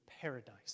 paradise